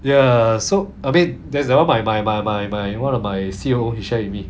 ya so a bit that's another my my my my my one of my C_O_O he share with me